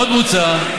עוד מוצע,